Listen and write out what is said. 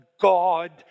God